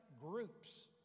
groups